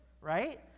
right